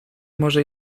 może